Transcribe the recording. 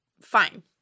fine